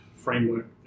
framework